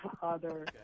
father